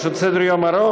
יש עוד סדר-יום ארוך.